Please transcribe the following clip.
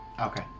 Okay